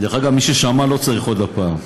מי ששמע לא צריך עוד פעם,